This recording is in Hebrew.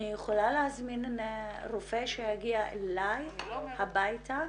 אני יכולה להזמין רופא שיגיע אליי הביתה?